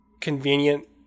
convenient